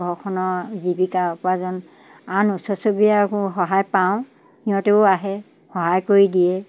ঘৰখনৰ জীৱিকা উপাৰ্জন আন ওচৰ চুবুৰীয়াৰ সহায় পাওঁ সিহঁতেও আহে সহায় কৰি দিয়ে